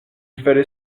fallait